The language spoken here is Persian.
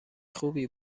خوبی